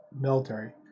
military